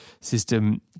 system